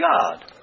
God